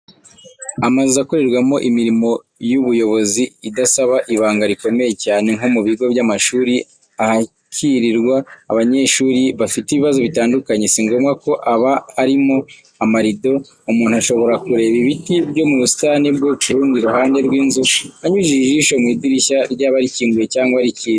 Amazu akorerwamo imirimo y'ubuyobozi idasaba ibanga rikomeye cyane, nko mu bigo by'amashuri ahakirirwa abanyeshuri bafite ibibazo bitandukanye, si ngombwa ko aba arimo amarido. Umuntu ashobora kureba ibiti byo mu busitani bwo ku rundi ruhande rw'inzu, anyujije ijisho mu idirishya ryaba rikinguye cyangwa rikinze.